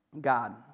God